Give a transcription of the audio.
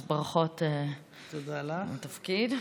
אז ברכות על התפקיד.